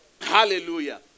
Hallelujah